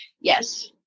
yes